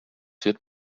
wird